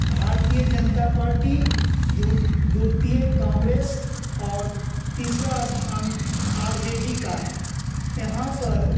भारतीय जनता पार्टी दु द्वितीय काँग्रेस और तीसरा अस्थान आर जे डी का है यहाँ पर